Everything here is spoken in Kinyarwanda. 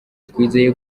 twizeye